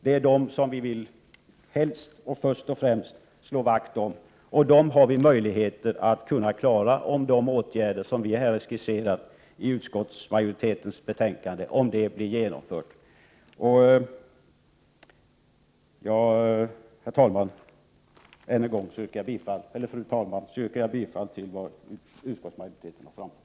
Det är vad vi helst och främst vill slå vakt om, och de fartygen har vi möjligheter att klara, om de åtgärder som utskottsmajoriteten har skisserat blir genomförda. Fru talman! Jag yrkar än en gång bifall till utskottets hemställan.